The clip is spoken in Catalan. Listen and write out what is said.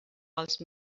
els